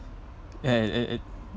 ya it it